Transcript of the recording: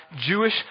Jewish